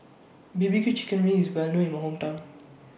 B B Q Chicken Wings IS Well known in My Hometown